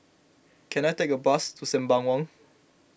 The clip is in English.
can I take a bus to Sembawang